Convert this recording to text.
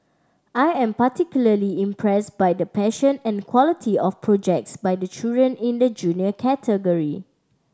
I am particularly impress by the passion and quality of projects by the children in the Junior category